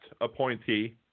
appointee